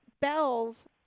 bells